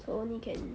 so only can